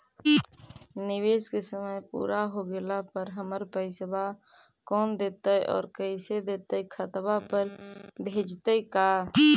निवेश के समय पुरा हो गेला पर हमर पैसबा कोन देतै और कैसे देतै खाता पर भेजतै का?